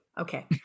Okay